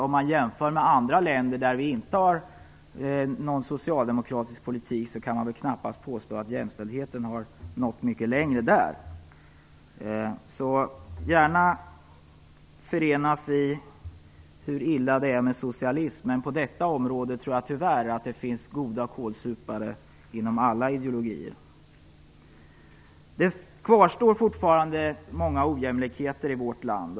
Om man jämför med andra länder där det inte finns någon socialdemokratisk politik kan man väl knappast påstå att jämställdheten har nått mycket längre där. Vi kan gärna förenas i hur illa det är med socialism, men på detta område tror jag tyvärr att det finns lika goda kålsupare inom alla ideologier. Det kvarstår fortfarande många ojämlikheter i vårt land.